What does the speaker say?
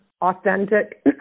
authentic